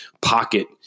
pocket